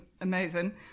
amazing